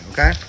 Okay